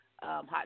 Hot